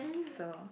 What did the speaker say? so